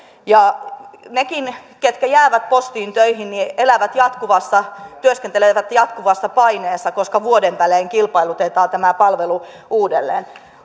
nekin ketkä jäävät postiin töihin elävät ja työskentelevät jatkuvassa paineessa koska vuoden välein kilpailutetaan tämä palvelu uudelleen